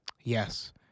Yes